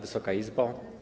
Wysoka Izbo!